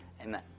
Amen